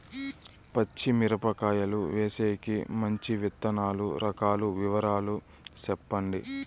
పచ్చి మిరపకాయలు వేసేకి మంచి విత్తనాలు రకాల వివరాలు చెప్పండి?